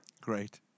great